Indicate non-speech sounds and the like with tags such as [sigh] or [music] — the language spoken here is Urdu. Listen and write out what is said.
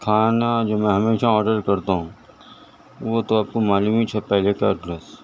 کھانا جو میں ہمیشہ آڈر کرتا ہوں وہ تو آپ کو معلوم ویچ ہوتا ہے [unintelligible]